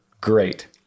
Great